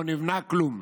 לא נבנה כלום.